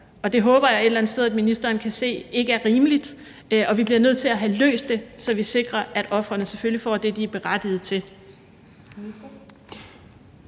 Og det håber jeg et eller andet sted at ministeren kan se ikke er rimeligt. Og vi bliver nødt til at få løst det, så vi sikrer, at ofrene selvfølgelig får det, de er berettiget til.